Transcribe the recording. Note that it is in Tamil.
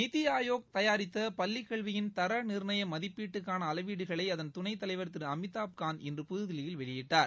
நிதிஆயோக் தயாரித்த பள்ளிக்கல்வியின் தரநிர்ணய மதிப்பீட்டுக்கான அளவீடுகளை அதன் துணைத் தலைவர் திரு அமிதாப் காந்த் இன்று புதுதில்லியில் வெளியிட்டார்